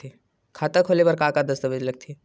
खाता खोले बर का का दस्तावेज लगथे?